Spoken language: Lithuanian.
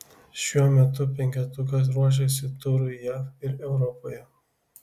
šiuo metu penketukas ruošiasi turui jav ir europoje